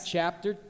chapter